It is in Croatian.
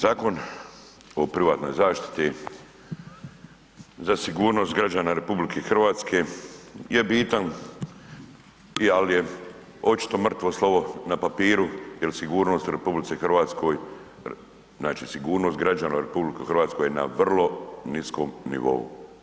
Zakon o privatnoj zaštiti za sigurnost građana RH je bitan i ali je i očito mrtvo slovo na papiru jer sigurnost u RH, znači sigurnost građana u RH je na vrlo niskom nivou.